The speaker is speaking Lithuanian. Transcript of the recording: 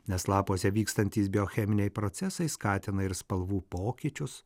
nes lapuose vykstantys biocheminiai procesai skatina ir spalvų pokyčius